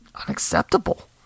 unacceptable